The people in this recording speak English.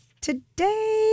today